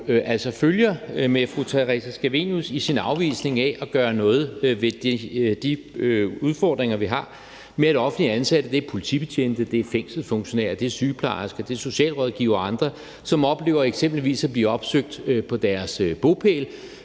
følger fru Theresa Scavenius i hendes afvisning af at gøre noget ved de udfordringer, vi har, med at offentligt ansatte – det er politibetjente, fængselsfunktionærer, sygeplejersker, socialrådgivere og andre – oplever eksempelvis at blive opsøgt på deres bopæl